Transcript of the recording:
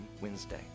Wednesday